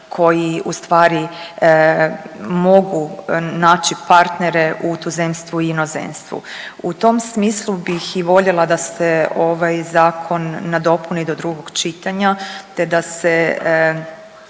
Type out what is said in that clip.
koji ustvari mogu naći partnere u tuzemstvu i inozemstvu. U tom smislu bih i voljela da se ovaj zakon nadopuni do drugog čitanja, te da se